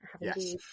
Yes